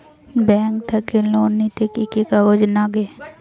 Bank থাকি loan নিতে কি কি কাগজ নাগে?